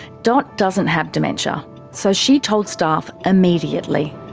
dot doesn't have dementia so she told staff immediately.